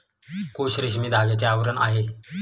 कोश रेशमी धाग्याचे आवरण आहे